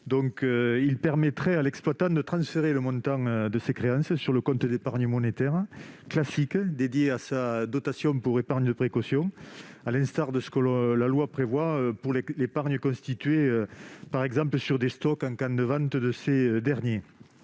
donc à permettre à l'exploitant de transférer le montant de ces créances sur le compte d'épargne monétaire classique dédié à la DEP, à l'instar de ce que la loi prévoit pour l'épargne constituée sur des stocks en cas de vente de ces derniers.